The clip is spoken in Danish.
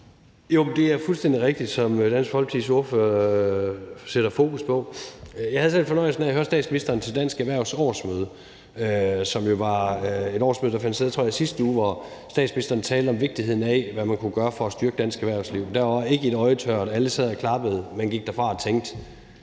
Lund Poulsen (V): Det, som Dansk Folkepartis ordfører sætter fokus på, er fuldstændig rigtigt. Jeg havde selv fornøjelsen af at høre statsministeren til Dansk Erhvervs årsmøde, som jo var et årsmøde, der, tror jeg, fandt sted i sidste uge, hvor statsministeren talte om vigtigheden af, hvad man kunne gøre for at styrke dansk erhvervsliv. Der var ikke et øje tørt, og alle sad og klappede, og man gik derfra og tænkte,